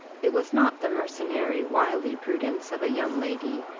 it was not the mercenary wily prudence of a young lady,